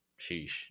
sheesh